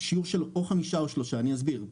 אני אסביר,